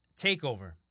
TakeOver